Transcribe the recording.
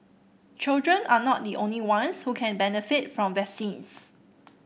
children are not the only ones who can benefit from vaccines